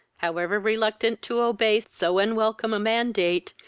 however reluctant to obey so unwelcome a mandate,